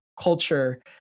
culture